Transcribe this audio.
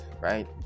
right